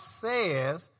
says